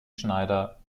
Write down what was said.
schneider